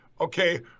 okay